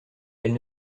elle